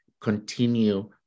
continue